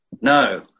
No